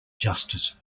justice